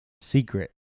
Secret